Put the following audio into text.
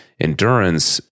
endurance